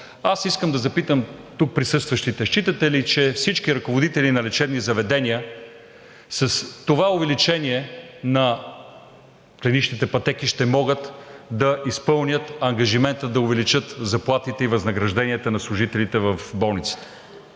Аз искам да запитам присъстващите тук: считате ли, че всички ръководители на лечебни заведения с това увеличение на клиничните пътеки ще могат да изпълнят ангажимента да увеличат заплатите и възнагражденията на служителите в болниците?